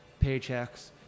paychecks